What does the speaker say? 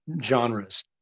genres